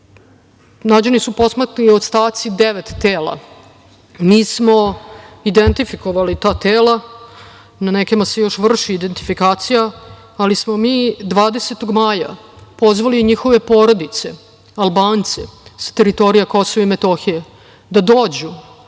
nađeni posmrtni ostaci devet tela. Mi smo identifikovali ta tela, na nekima se još vrši identifikacija, ali smo mi 20. maja pozvali njihove porodice, Albance sa teritorija Kosova i Metohije, da dođu